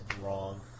Wrong